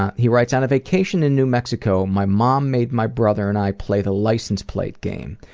ah he writes, on a vacation in new mexico, my mom made my brother and i play the license plate game.